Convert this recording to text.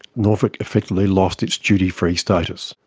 norfolk effectively lost its duty-free status.